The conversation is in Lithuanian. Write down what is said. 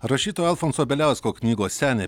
rašytojo alfonso bieliausko knygos seniai